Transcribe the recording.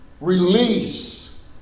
release